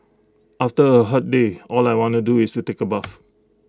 after A hot day all I want to do is to take A bath